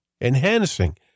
enhancing